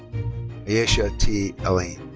ayesha t. alleyne